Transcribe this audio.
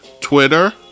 Twitter